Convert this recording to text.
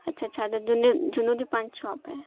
اچھا اچھا تو جنودی پانچ چھ پہ